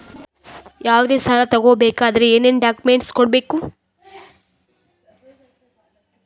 ಯಾವುದೇ ಸಾಲ ತಗೊ ಬೇಕಾದ್ರೆ ಏನೇನ್ ಡಾಕ್ಯೂಮೆಂಟ್ಸ್ ಕೊಡಬೇಕು?